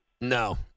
No